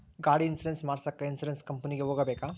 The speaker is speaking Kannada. ಗಾಡಿ ಇನ್ಸುರೆನ್ಸ್ ಮಾಡಸಾಕ ಇನ್ಸುರೆನ್ಸ್ ಕಂಪನಿಗೆ ಹೋಗಬೇಕಾ?